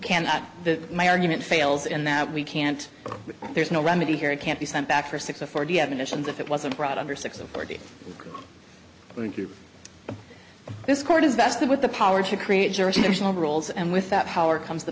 cannot my argument fails in that we can't there's no remedy here it can't be sent back for six afford you have additions if it wasn't brought under six a party going to this court is vested with the power to create jurisdictional rules and without power comes the